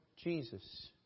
Jesus